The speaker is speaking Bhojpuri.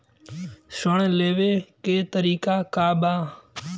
ऋण लेवे के तरीका का बा?